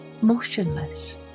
motionless